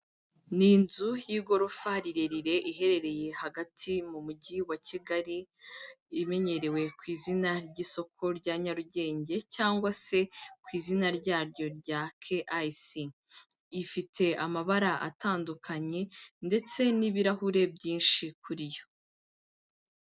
Ni inzu y'igorofa rirerire iherereye hagati mu mujyi wa Kigali. Imenyerewe ku izina ry'isoko rya Nyarugenge cyangwa se ku izina ryaryo rya “ KIC”. Ifite amabara atandukanye ndetse n'ibirahure byinshi kuri yo.